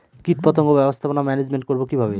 কীটপতঙ্গ ব্যবস্থাপনা ম্যানেজমেন্ট করব কিভাবে?